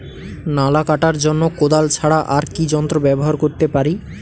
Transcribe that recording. নালা কাটার জন্য কোদাল ছাড়া আর কি যন্ত্র ব্যবহার করতে পারি?